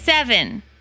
Seven